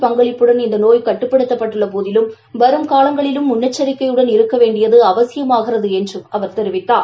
பங்களிப்புடன் நோய் மக்கள் இந்த கட்டுப்படுத்தப்பட்டள்ள போதிவும் வரும்காலங்களிலும் முன்னெச்சிக்கையுடன் இருக்க வேண்டியது அவசியமாகிறது என்று அவர் தெரிவித்தார்